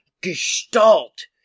gestalt